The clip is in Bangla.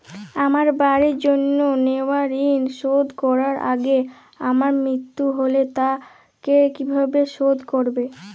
আমার বাড়ির জন্য নেওয়া ঋণ শোধ করার আগে আমার মৃত্যু হলে তা কে কিভাবে শোধ করবে?